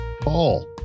Paul